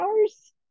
hours